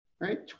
right